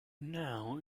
now